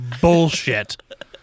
bullshit